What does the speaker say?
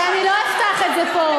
שלא אפתח את זה פה.